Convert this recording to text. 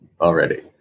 already